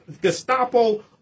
gestapo